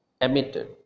emitted